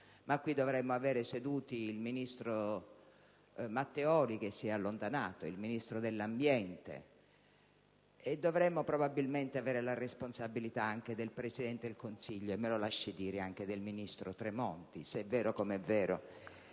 Governo dovremmo vedere seduti il ministro Matteoli (che si è allontanato) e il Ministro dell'ambiente. Dovremmo probabilmente avere la responsabilità anche del Presidente del Consiglio e - me lo lasci dire - del ministro Tremonti, se è vero (com'è vero)